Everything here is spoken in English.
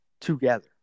together